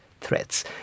threats